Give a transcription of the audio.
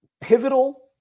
pivotal